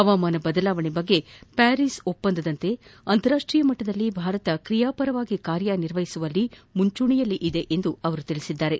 ಹವಾಮಾನ ಬದಲಾವಣೆ ಕುರಿತ ಪ್ಯಾರಿಸ್ ಒಪ್ಪಂದದಂತೆ ಅಂತಾರಾಷ್ಟೀಯ ಮಟ್ಟದಲ್ಲಿ ಭಾರತ ಕ್ರಿಯಾಪರವಾಗಿ ಕಾರ್ಯ ನಿರ್ವಹಿಸುವಲ್ಲಿ ಮುಂಚೂಣಿಯಲ್ಲಿದೆ ಎಂದು ಅವರು ಹೇಳಿದ್ದಾರೆ